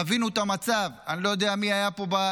תבינו את המצב, אני לא יודע מי פה היה בוועדה,